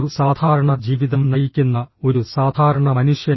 ഒരു സാധാരണ ജീവിതം നയിക്കുന്ന ഒരു സാധാരണ മനുഷ്യൻ